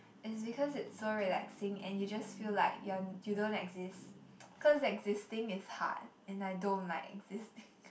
it's because it's so relaxing and you just feel like you're you don't exist cause existing is hard and I don't like existing